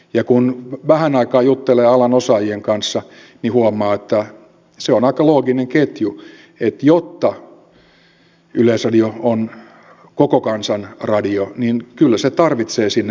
ja kun vähän aikaa juttelee alan osaajien kanssa niin huomaa että se on aika looginen ketju että jotta yleisradio on koko kansan radio niin kyllä se tarvitsee sinne myös urheilua